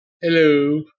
hello